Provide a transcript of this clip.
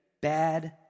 Bad